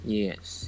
yes